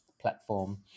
platform